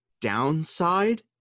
downside